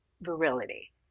virility